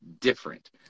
different